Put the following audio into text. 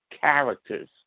characters